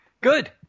good